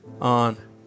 on